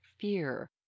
Fear